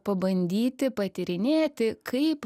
pabandyti patyrinėti kaip